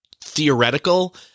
theoretical